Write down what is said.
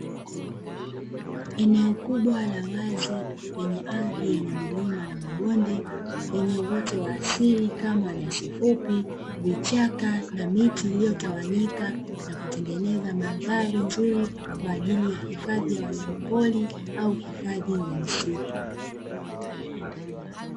Eneo kubwa la wazi lenye ardhi yenye milima na mabonde yenye uoto wa asili kama nyasi fupi, vichaka na miti iliyotawanyika na kutengeneza mandhari nzuri, kwa ajili ya hifadhi ya wanyamapori au hifadhi ya msitu.